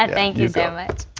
but thank you very much.